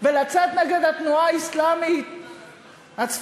ולצאת נגד התנועה האסלאמית הצפונית,